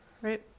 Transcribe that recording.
right